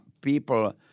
people